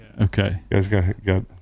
Okay